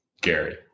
Gary